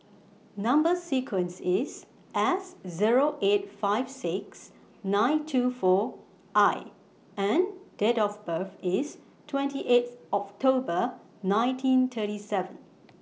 Number sequence IS S Zero eight five six nine two four I and Date of birth IS twenty eighth October nineteen thirty seven